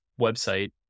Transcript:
website